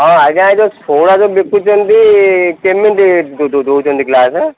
ହଁ ଆଜ୍ଞା ଏ ଯେଉଁ ବିକୁଛନ୍ତି କେମିତି ଦେଉଛନ୍ତି ଗ୍ଲାସେ